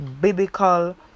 biblical